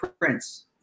prince